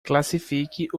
classifique